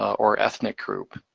or ethnic group.